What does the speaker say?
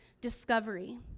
discovery